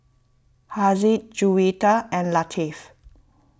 Haziq Juwita and Latif